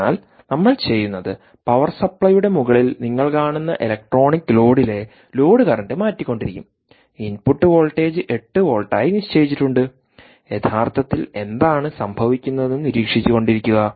അതിനാൽ നമ്മൾ ചെയ്യുന്നത് പവർ സപ്ലൈയുടെ മുകളിൽ നിങ്ങൾ കാണുന്ന ഇലക്ട്രോണിക് ലോഡിലെ ലോഡ് കറണ്ട് മാറ്റിക്കൊണ്ടിരിക്കും ഇൻപുട്ട് വോൾട്ടേജ് 8 വോൾട്ടായി നിശ്ചയിച്ചിട്ടുണ്ട് യഥാർത്ഥത്തിൽ എന്താണ് സംഭവിക്കുന്നതെന്ന് നിരീക്ഷിച്ചുകൊണ്ടിരിക്കുക